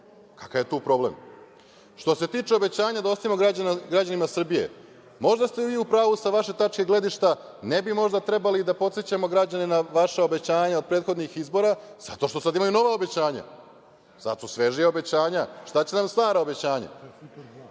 Kakav je tu problem? Što se tiče obećanja da ostavimo građanima Srbije, možda ste vi u pravu sa vaše tačke gledišta. Ne bi možda trebali da podsećamo građane na vaša obećanja od prethodnih izbora, zato što sada imaju nova obećanja. Sada su svežija obećanja. Šta će nam stara obećanja? Dakle,